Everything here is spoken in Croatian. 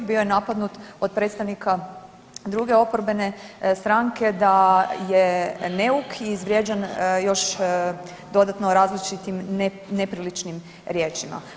Bio je napadnut od predstavnika druge oporbene stranke da je neuk i izvrijeđan još dodatno različitim nepriličnim riječima.